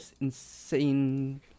insane